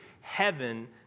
heaven